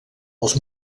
els